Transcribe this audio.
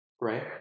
right